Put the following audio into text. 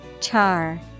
Char